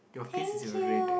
your face is r~ red